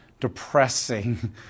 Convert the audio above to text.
depressing